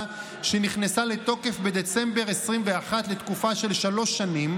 שנכנסה לתוקף בדצמבר 2021 לתקופה של שלוש שנים,